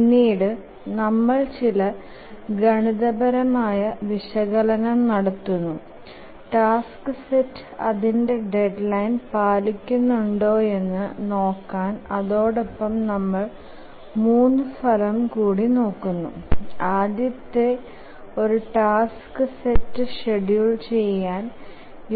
പിന്നിട്ട് നമ്മൾ ചില ഗണിതപരമായ വിശകലനം നടത്തുന്നു ടാസ്ക് സെറ്റ് അതിന്ടെ ഡെഡ്ലൈൻ പാലിക്കുന്നുണ്ടോയെന് നോക്കാൻ അതോടൊപ്പം നമ്മൾ 3 ഫലം കൂടി നോക്കുന്നു ആദ്യതെത് ഒരു ടാസ്ക് സെറ്റ് ഷ്ഡ്യൂൽ ചെയാൻ